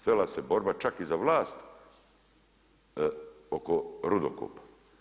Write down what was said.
Svela se borba čak i za vlast oko rudokopa.